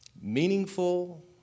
meaningful